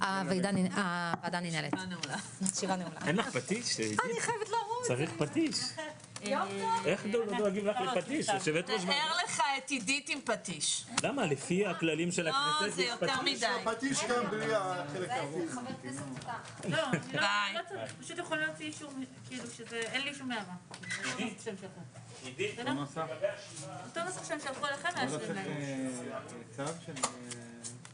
הישיבה ננעלה בשעה 13:52.